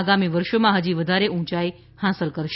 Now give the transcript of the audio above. આગામી વર્ષોમાં હજી વધારે ઉંચાઈ હાંસલ કરશે